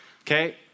Okay